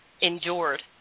endured